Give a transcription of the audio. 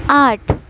आठ